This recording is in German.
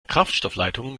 kraftstoffleitungen